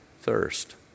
thirst